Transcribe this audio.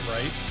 Right